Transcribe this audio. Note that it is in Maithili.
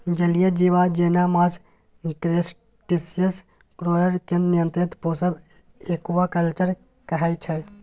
जलीय जीब जेना माछ, क्रस्टेशियंस, काँकोर केर नियंत्रित पोसब एक्वाकल्चर कहय छै